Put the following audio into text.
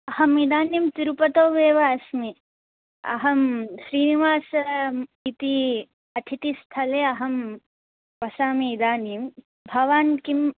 अहम् इदानीं तिरुपतौ एव अस्मि अहं श्रीनिवास इति अतिथिस्थले अहम् वसामि इदानीं भवान् किम्